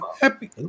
Happy